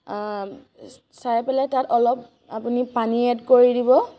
চাই পেলাই আপুনি তাত অলপ পানী এড কৰি দিব